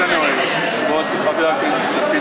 לא שומעים.